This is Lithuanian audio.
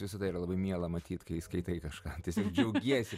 visada yra labai miela matyt kai skaitai kažką tiesiog džiaugiesi